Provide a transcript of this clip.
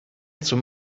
zum